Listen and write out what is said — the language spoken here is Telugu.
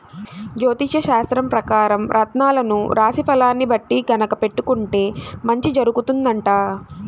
జ్యోతిష్యశాస్త్రం పెకారం రత్నాలను రాశి ఫలాల్ని బట్టి గనక పెట్టుకుంటే మంచి జరుగుతుందంట